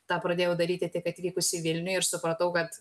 tą pradėjau daryti tik atvykusi į vilnių ir supratau kad